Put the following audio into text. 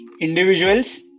individuals